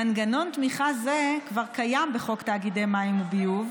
מנגנון תמיכה זה כבר קיים בחוק תאגידי מים וביוב,